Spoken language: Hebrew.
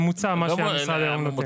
הממוצע, מה שהמשרד היום נותן.